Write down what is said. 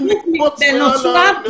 לקפוץ מעל משרד החוץ.